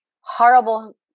horrible